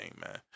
man